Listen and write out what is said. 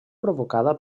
provocada